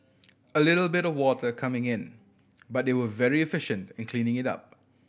a little bit of water coming in but they were very efficient in cleaning it up